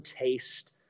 taste